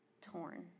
torn